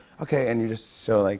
okay. and you're just so, like